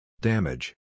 Damage